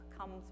comes